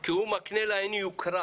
כי הוא מקנה להם יוקרה'.